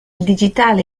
digitale